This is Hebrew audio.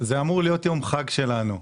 זה אמור להיות חג שלנו,